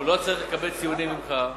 הוא לא צריך לקבל ציונים ממך.